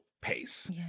pace